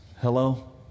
Hello